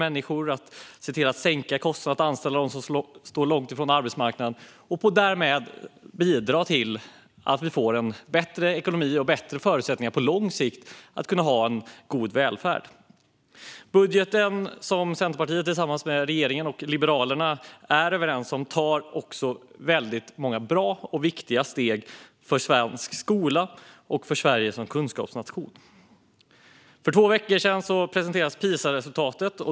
Det handlar om att se till att sänka kostnader för att anställa dem som står långt från arbetsmarknaden. Därmed bidrar vi till att vi får en bättre ekonomi och bättre förutsättningar på lång sikt att kunna ha en god välfärd. Budgeten som Centerpartiet tillsammans med regeringen och Liberalerna är överens om tar väldigt många bra och viktiga steg för svensk skola och Sverige som kunskapsnation. För två veckor sedan presenterades PISA-resultatet.